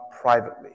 privately